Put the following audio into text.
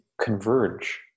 converge